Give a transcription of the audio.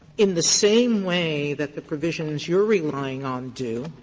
in the same way that the provisions you are relying on do.